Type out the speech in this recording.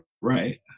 right